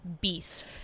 beast